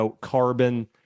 carbon